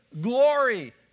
glory